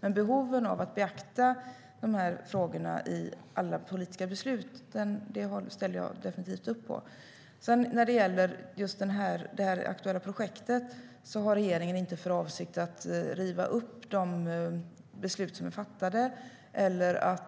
Men behovet av att beakta frågorna i alla politiska beslut ställer jag definitivt upp på. När det gäller just det aktuella projektet har regeringen inte för avsikt att riva upp de beslut som är fattade eller